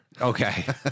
okay